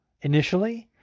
initially